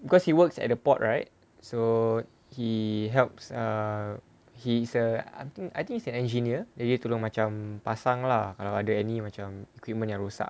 because he works at the port right so he helps err he is a I think I think he's an engineer then dia tolong macam pasang lah kalau ada any macam equipment yang rosak